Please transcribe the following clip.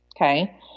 okay